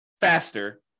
faster